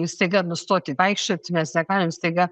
staiga nustoti vaikščiot mes negalim staiga